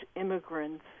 immigrants